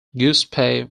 giuseppe